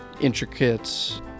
intricate